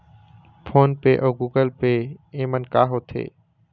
Phone पे अउ Google Pay येमन का होते?